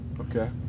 okay